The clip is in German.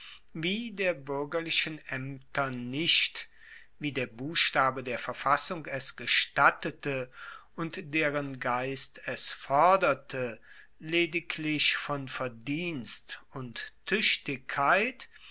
wie der buergerlichen aemter nicht wie der buchstabe der verfassung es gestattete und deren geist es forderte lediglich von verdienst und tuechtigkeit